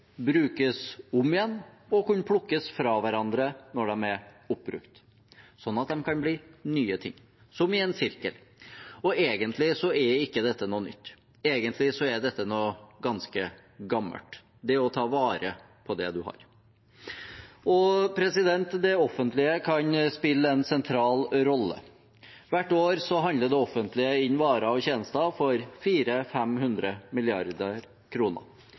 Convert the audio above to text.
brukes om igjen og kunne plukkes fra hverandre når de er oppbrukt, sånn at de kan bli nye ting – som i en sirkel. Egentlig er ikke dette noe nytt. Egentlig er dette noe ganske gammelt, det å ta vare på det man har. Det offentlige kan spille en sentral rolle. Hvert år handler det offentlige inn varer og tjenester for